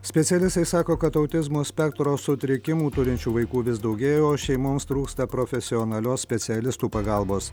specialistai sako kad autizmo spektro sutrikimų turinčių vaikų vis daugėja o šeimoms trūksta profesionalios specialistų pagalbos